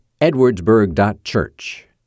edwardsburg.church